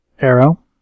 Arrow